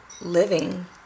Living